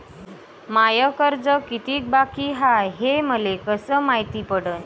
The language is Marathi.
माय कर्ज कितीक बाकी हाय, हे मले कस मायती पडन?